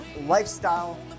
lifestyle